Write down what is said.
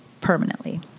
permanently